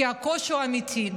כי הקושי הוא אמיתי.